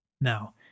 Now